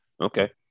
Okay